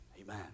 amen